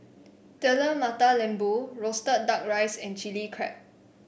Telur Mata Lembu roasted duck rice and Chilli Crab